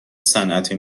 صنعت